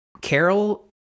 carol